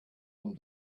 him